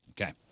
Okay